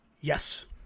Yes